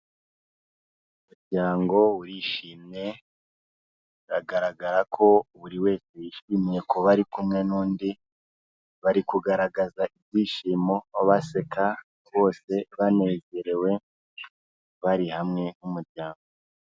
Umuryango urishimye biragaragara ko buri wese yishimiye kuba ari kumwe n'undi, bari kugaragaza ibyishimo baseka bose banezerewe bari hamwe nk'umuryango.